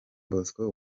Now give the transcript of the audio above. bosco